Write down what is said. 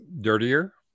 dirtier